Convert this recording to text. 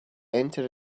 enter